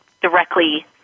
directly